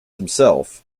himself